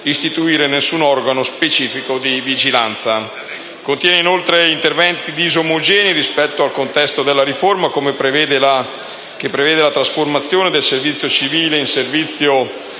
nessun organo specifico di vigilanza. Esso contiene inoltre interventi disomogenei rispetto al contesto della riforma, che prevede la trasformazione del servizio civile in servizio